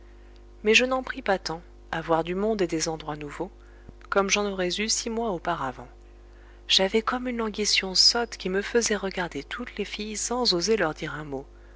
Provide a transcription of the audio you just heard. mais je n'en pris pas tant à voir du monde et des endroits nouveaux comme j'en aurais eu six mois auparavant j'avais comme une languition sotte qui me faisait regarder toutes les filles sans oser leur dire un mot